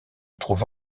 trouve